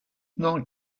non